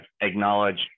acknowledge